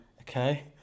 Okay